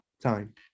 time